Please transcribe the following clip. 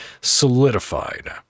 solidified